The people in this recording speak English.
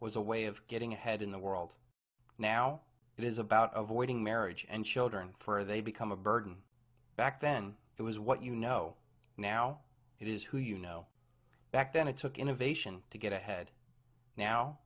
was a way of getting ahead in the world now it is about avoiding marriage and children for they become a burden back then it was what you know now it is who you know back then it took innovation to get ahead now